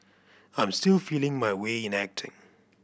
I'm still feeling my way in acting